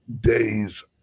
days